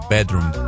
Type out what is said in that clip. Bedroom